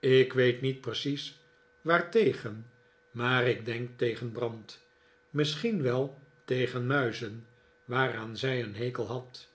ik weet niet precies waartegen maar ik denk tegen brand misschien wel tegen muizen waaraan zij een hekel had